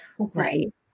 Right